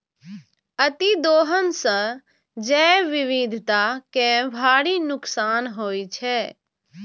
अतिदोहन सं जैव विविधता कें भारी नुकसान होइ छै